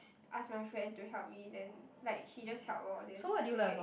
ask my friend to help me then like he just help lor then I can get in